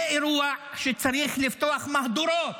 זה אירוע שצריך לפתוח מהדורות,